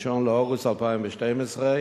באוגוסט 2012,